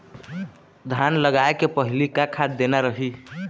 धान लगाय के पहली का खाद देना रही?